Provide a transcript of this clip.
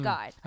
God